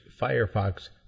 Firefox